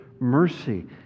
mercy